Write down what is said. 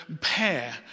pair